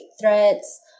threats